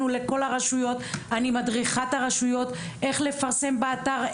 אני מדריכה את הרשויות איך לפרסם באתר,